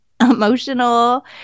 emotional